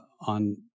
on